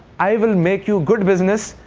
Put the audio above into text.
i will make you good business.